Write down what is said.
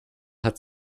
hat